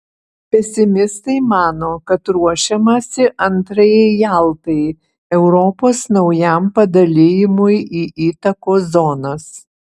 pesimistai mano kad ruošiamasi antrajai jaltai europos naujam padalijimui į įtakos zonas